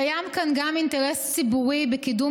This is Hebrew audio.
קיים כאן גם אינטרס ציבורי בקידום